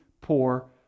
poor